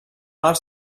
els